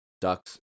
Ducks